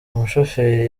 umushoferi